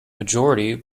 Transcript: majority